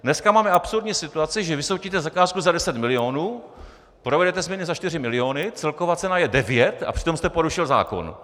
Dnes máme absurdní situaci, že vysoutěžíte zakázku za deset milionů, provedete změny za čtyři miliony, celková cena je devět, a přitom jste porušil zákon.